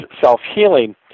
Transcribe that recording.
self-healing